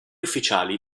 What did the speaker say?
ufficiali